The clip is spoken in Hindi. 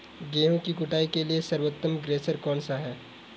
गेहूँ की कुटाई के लिए सर्वोत्तम थ्रेसर कौनसा है?